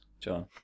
John